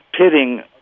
pitting